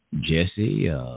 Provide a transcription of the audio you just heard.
Jesse